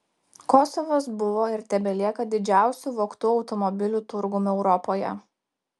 kosovas buvo ir tebelieka didžiausiu vogtų automobilių turgum europoje